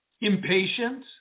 impatient